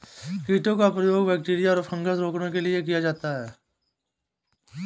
chitosan का प्रयोग bacteria और फँगस को रोकने के लिए किया जा रहा है